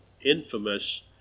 infamous